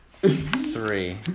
Three